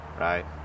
Right